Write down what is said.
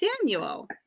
Samuel